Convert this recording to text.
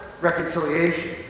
reconciliation